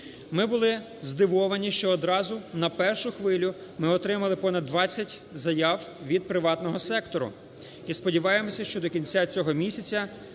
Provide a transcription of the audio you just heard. Ми були здивовані, що одразу на першу хвилю ми отримали понад 20 заяв від приватного сектору. І сподіваємося, що до кінця цього місяця